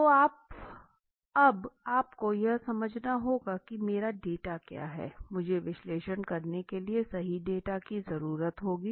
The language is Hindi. तो अब आपको यह समझना होगा कि मेरा डेटा क्या है मुझे विश्लेषण करने के लिए सही डेटा की जरूरत होगी